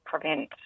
prevent